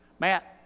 Matt